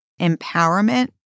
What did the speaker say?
empowerment